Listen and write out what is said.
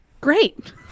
Great